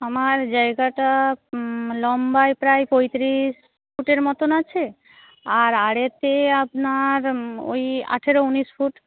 আমার জায়গাটা লম্বায় প্রায় পঁয়ত্রিশ ফুটের মতন আছে আর আড়েতে আপনার ওই আঠেরো উনিশ ফুট